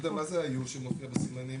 יהודה, מה זה ה-U שמופיע בסימנים?